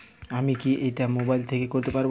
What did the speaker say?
আমি কি এটা মোবাইল থেকে করতে পারবো?